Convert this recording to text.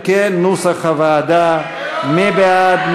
בעד,